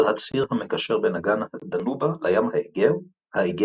על הציר המקשר בין אגן הדנובה לים האגאי